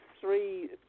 three